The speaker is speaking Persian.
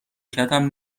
کتم